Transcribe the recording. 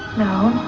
no.